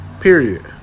Period